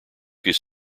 his